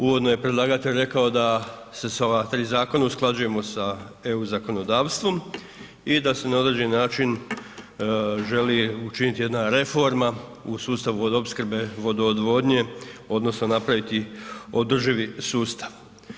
Uvodno je predlagatelj rekao da se sa ova tri zakona usklađujemo sa EU zakonodavstvom i da se na određeni način želi učiniti jedna reforma u sustavu vodoopskrbe, vodoodvodnje odnosno napraviti održivi sustav.